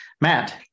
Matt